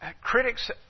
critics